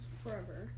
forever